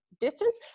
distance